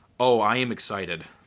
oh, i am excited.